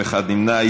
טלב אבו עראר,